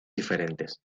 diferentes